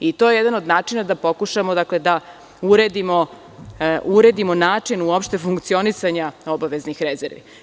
To je jedan od načina da pokušamo da uredimo način uopšte funkcionisanja obaveznih rezervi.